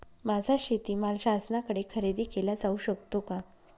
माझा शेतीमाल शासनाकडे खरेदी केला जाऊ शकतो का?